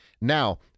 Now